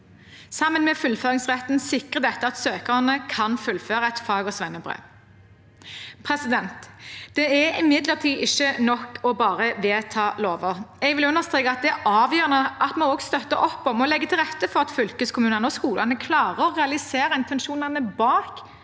Sammen med fullføringsretten sikrer dette at søkerne kan fullføre et fag- eller svennebrev. Det er imidlertid ikke nok bare å vedta lover. Jeg vil understreke at det er avgjørende at vi også støtter opp om og legger til rette for at fylkeskommunene og skolene klarer å realisere intensjonene bak